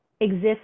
exists